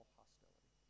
hostility